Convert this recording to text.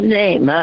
name